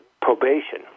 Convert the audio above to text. probation